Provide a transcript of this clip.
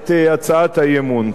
את הצעת האי-אמון.